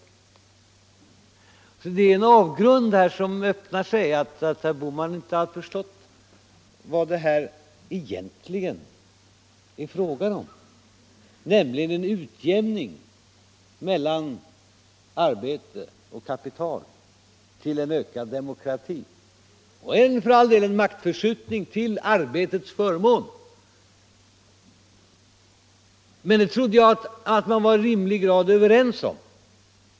Här är det alltså en avgrund som öppnar sig, när det visar sig att herr Bohman inte har förstått vad det egentligen är fråga om, nämligen en utjämning mellan arbete och kapital till en ökad demokrati — och även, för all del, en maktförskjutning till arbetets förmån. Men det trodde jag att vi var i rimlig grad överens om.